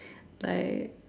like